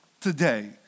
today